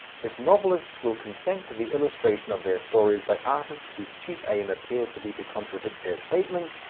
if novelists will consent to the illustration of their stories by artists whose chief aim appears to be to contradict their statements,